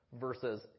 versus